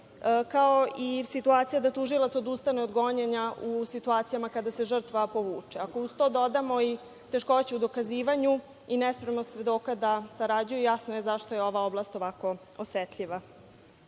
kao i situacija da tužilac odustane od gonjenja u situacijama kada se žrtva povuče. Ako uz to dodamo i teškoće u dokazivanju i nespremnost svedoka da sarađuje, jasno je zašto je ova oblast ovako osetljiva.